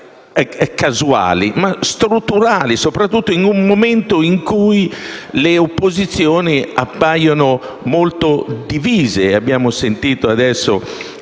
casuali ma strutturali, soprattutto in un momento in cui le opposizioni appaiono molto divise. Abbiamo appena sentito